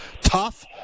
Tough